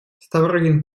ставрогин